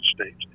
States